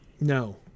No